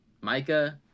Micah